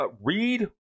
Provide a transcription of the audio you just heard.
read